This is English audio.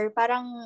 parang